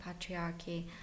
patriarchy